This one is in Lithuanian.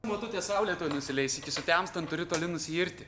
motute saulė tuoj nusileis iki sutemstant turiu toli nusiirti